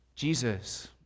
Jesus